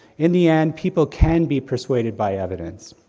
in the end, people can be persuaded by evidence.